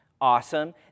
Awesome